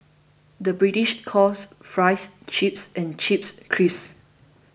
the British calls Fries Chips and Chips Crisps